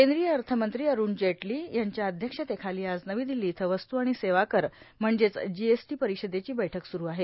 केंद्रीय अर्थमंत्री अरूण जेटली यांच्या अध्यक्षतेखाली आज नवी दिल्ली इथं वस्तू आणि सेवा कर म्हणजेच जीएसटी परिषदेची बैठक सुरू आहे